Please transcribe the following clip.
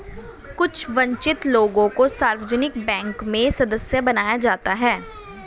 कुछ वन्चित लोगों को सार्वजनिक बैंक में सदस्य बनाया जाता है